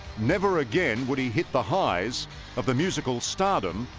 never again. would he hit the highs of the musical stardom?